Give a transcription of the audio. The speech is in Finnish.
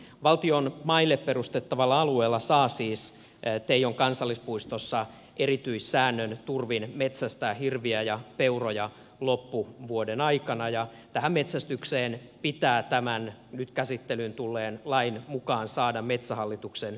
valtion maille perustettavalla alueella saa siis teijon kansallispuistossa erityissäännön turvin metsästää hirviä ja peuroja loppuvuoden aikana ja tähän metsästykseen pitää tämän nyt käsittelyyn tulleen lain mukaan saada metsähallituksen erillislupa